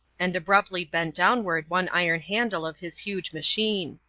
and abruptly bent downward one iron handle of his huge machine.